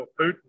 Putin